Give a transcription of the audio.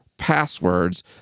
passwords